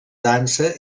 dansa